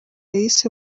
yise